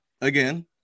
Again